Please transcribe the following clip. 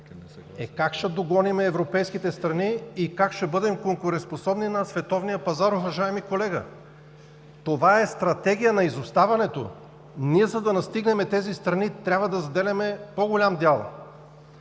Е, как ще догоним европейските страни и как ще бъдем конкурентоспособни на световния пазар, уважаеми колега?! Това е стратегия на изоставането! За да достигнем тези страни, трябва да заделяме по-голям дял!